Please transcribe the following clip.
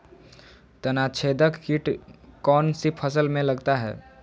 तनाछेदक किट कौन सी फसल में लगता है?